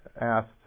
asked